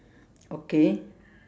okay